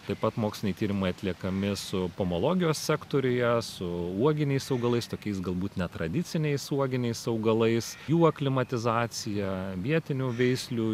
taip pat moksliniai tyrimai atliekami su pomologijos sektoriuje su uoginiais augalais tokiais galbūt netradiciniais uoginiais augalais jų aklimatizacija vietinių veislių